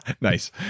Nice